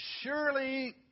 surely